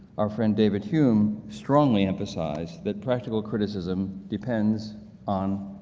our friend david hume strongly emphasized that practical criticism depends on,